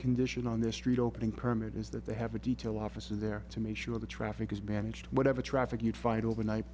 condition on this street opening permit is that they have a detail officer there to make sure the traffic is managed whatever traffic you'd find overnight